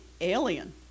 alien